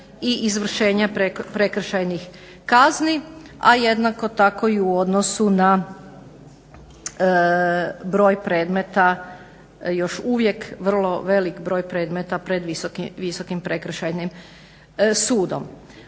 i izvršenje prekršajnih kazni a jednako tako i u odnosu na broj predmeta, još uvijek velik broj predmeta pred Visokim prekršajnim sudom.